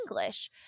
English